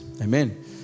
Amen